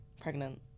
Pregnant